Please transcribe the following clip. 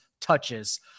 touches